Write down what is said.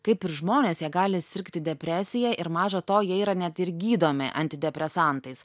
kaip ir žmonės jie gali sirgti depresija ir maža to jie yra net ir gydomi antidepresantais